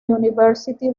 university